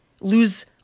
Lose